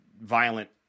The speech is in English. violent